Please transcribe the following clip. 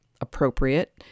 appropriate